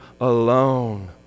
alone